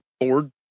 forward